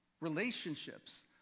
relationships